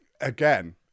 again